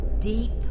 deep